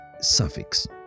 suffix